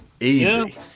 Easy